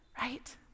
right